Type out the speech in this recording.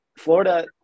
Florida